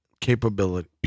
capability